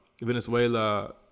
Venezuela